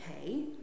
okay